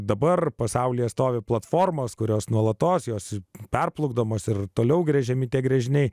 dabar pasaulyje stovi platformos kurios nuolatos jos perplukdomas ir toliau gręžiami gręžiniai